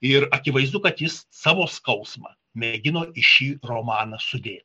ir akivaizdu kad jis savo skausmą mėgino į šį romaną sudėt